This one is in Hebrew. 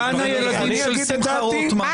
גן הילדים של שמחה רוטמן.